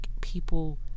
people